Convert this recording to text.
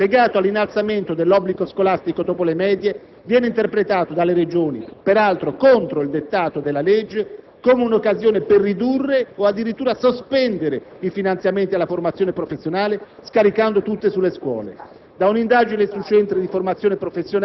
riguardante la formazione professionale, legato all'innalzamento dell'obbligo scolastico dopo le medie, viene interpretato dalle Regioni - peraltro contro il dettato della legge - come una occasione per ridurre o addirittura sospendere i finanziamenti alla formazione professionale scaricando tutto sulle scuole.